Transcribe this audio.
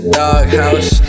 doghouse